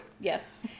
Yes